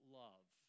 love